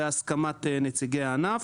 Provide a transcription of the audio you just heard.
בהסכמת נציגי הענף.